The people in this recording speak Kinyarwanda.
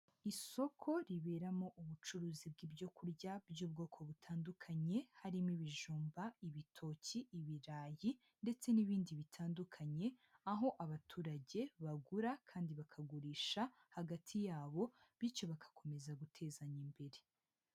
Isoko riberamo ubucuruzi bw'ibyo kurya by'ubwoko butandukanye, harimo ibijumba, ibitoki, ibirayi ndetse n'ibindi bitandukanye, aho abaturage bagura kandi bakagurisha hagati yabo bityo bagakomeza gutezanya imbere.